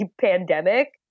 pandemic